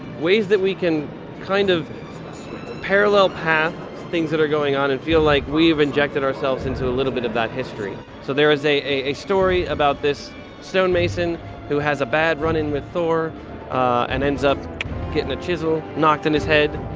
ways that we can kind of parallel path things that are going on and feel like we've injected ourselves into a little bit of that history. so there is a a story about this stonemason whose a bad run-in with thor and ends up getting a chisel knocked in his head.